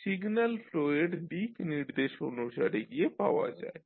signal ফ্লোয়ের দিক নির্দেশ অনুসারে গিয়ে পাওয়া যায়